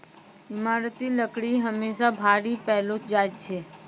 ईमारती लकड़ी हमेसा भारी पैलो जा छै